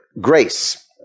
grace